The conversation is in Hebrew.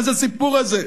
מה זה הסיפור הזה?